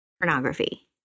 pornography